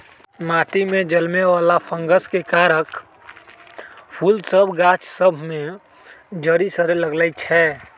माटि में जलमे वला फंगस के कारन फूल सभ के गाछ सभ में जरी सरे लगइ छै